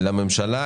לממשלה,